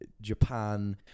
Japan